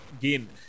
gain